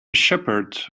shepherd